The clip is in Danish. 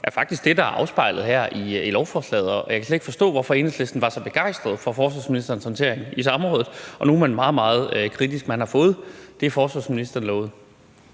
er faktisk det, der er afspejlet her i lovforslaget. Jeg kan slet ikke forstå, hvorfor Enhedslisten var så begejstret for forsvarsministerens håndtering i samrådet og så nu er meget, meget kritisk. Man har fået det, forsvarsministeren lovede.